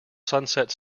sunset